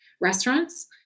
restaurants